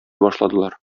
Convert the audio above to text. башладылар